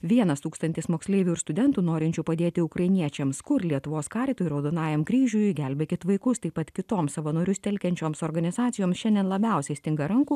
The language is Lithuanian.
vienas tūkstantis moksleivių ir studentų norinčių padėti ukrainiečiams kur lietuvos karitui ir raudonajam kryžiui gelbėkit vaikus taip pat kitoms savanorius telkiančioms organizacijoms šiandien labiausiai stinga rankų